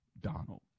Donald